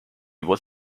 was